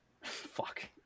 Fuck